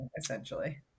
essentially